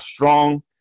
strong